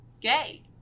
gay